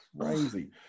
crazy